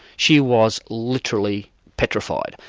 she was literally petrified,